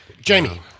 Jamie